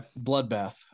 Bloodbath